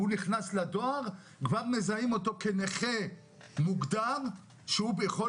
הוא נכנס לדואר וכבר מזהים אותו כנכה מוגדר שיכול